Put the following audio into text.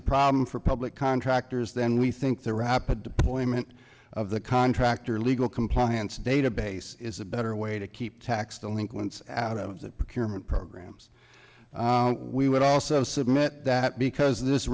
a problem for public contractors then we think the rapid deployment of the contractor legal compliance database is a better way to keep tax the link once out of that pyramid programs we would also submit that because this